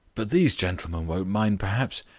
but these gentlemen won't mind perhaps.